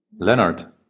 Leonard